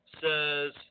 says